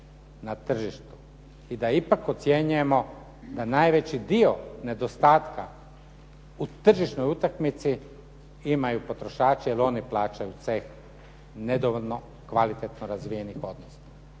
i da ipak ocjenjujemo da najveći dio nedostatka u tržišnoj utakmici imaju potrošači jer oni plaćaju ceh nedovoljno kvalitetno razvijenih odnosa